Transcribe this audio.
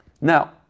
Now